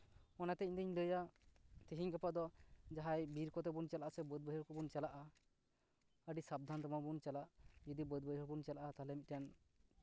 ᱚᱱᱟᱛᱮ ᱤᱧ ᱫᱩᱧ ᱞᱟᱹᱭᱟ ᱛᱤᱦᱤᱧ ᱜᱟᱯᱟ ᱫᱚ ᱡᱟᱦᱟᱸᱭ ᱵᱤᱨ ᱠᱚᱛᱮ ᱵᱚᱱ ᱪᱟᱞᱟᱜᱼᱟ ᱥᱮ ᱵᱟᱹᱫ ᱵᱟᱹᱭᱦᱟᱹᱲ ᱠᱚᱵᱚᱱ ᱪᱟᱞᱟᱜᱼᱟ ᱟᱹᱰᱤ ᱥᱟᱵᱫᱷᱟᱱᱛᱮ ᱢᱟᱵᱚᱱ ᱪᱟᱞᱟᱜ ᱡᱚᱫᱤ ᱵᱟᱹᱫ ᱵᱟᱹᱭᱦᱟᱹᱲ ᱵᱚᱱ ᱪᱟᱞᱟᱜᱼᱟ ᱛᱟᱦᱞᱮ ᱢᱤᱫᱴᱮᱱ